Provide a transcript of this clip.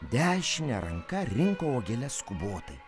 dešine ranka rinko gėles skubotai